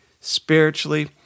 spiritually